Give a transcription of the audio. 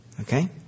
okay